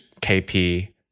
KP